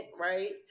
right